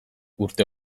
urte